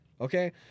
Okay